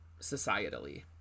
societally